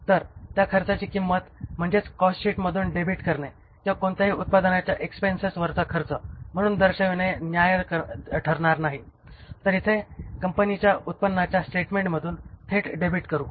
तर त्या खर्चाची किंमत म्हणजेच कॉस्टशीटमधून डेबिट करणे किंवा कोणत्याही उत्पादनाच्या एक्सपेन्सेसवरचा खर्च म्हणून दर्शवणे न्याय्य ठरणार नाही तर इथे कंपनीच्या उत्पन्नाच्या स्टेटमेंटमधून थेट डेबिट करू